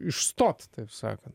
išstoti taip sakant